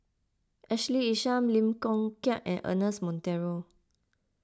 Ashley Isham Lim Chong Keat and Ernest Monteiro